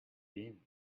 been